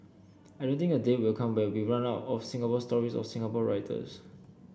I don't think a day will come where we run out of Singapore stories or Singapore writers